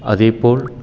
அதேப்போல்